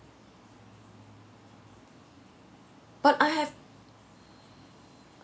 but I have